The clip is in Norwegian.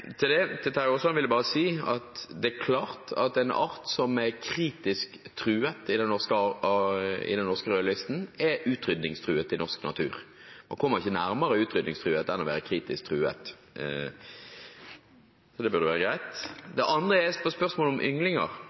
Til Terje Aasland vil jeg bare si at det er klart at en art som er kritisk truet ifølge den norske rødlisten, er utrydningstruet i norsk natur. Man kommer ikke nærmere utrydningstruet enn å være kritisk truet. Det burde være greit. Det andre er spørsmålet om ynglinger. På spørsmålet om det er en dramatisk forskjell på fem–åtte familiegrupper og fire–seks ynglinger,